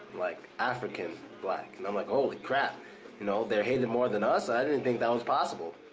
like african black, and i'm like holy crap, you know. they're hated more than us? i didn't think that was possible.